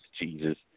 Jesus